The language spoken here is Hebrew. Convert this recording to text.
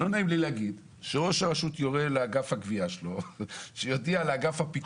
לא נעים לי להגיד שראש הרשות יורה לאגף הגבייה שלו שיודיע לאגף הפיקוח.